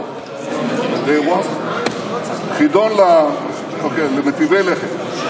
חידון למיטיבי לכת.